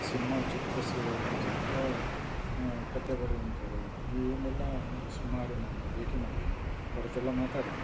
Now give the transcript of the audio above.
cinema ಚಿತ್ರ ಸೆ ಚಿತ್ರ ಕಥೆ ಬರೆಯುವಂಥವ್ರು ಇವ್ರನ್ನೆಲ್ಲ ಸುಮಾರು ನಾನು ಭೇಟಿ ಮಾಡಿದ್ದಿನಿ ಅವ್ರಹತ್ರ ಎಲ್ಲ ಮಾತಾಡಿದ್ದಿನಿ